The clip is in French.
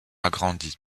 agrandi